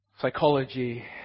psychology